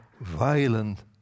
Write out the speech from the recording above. violent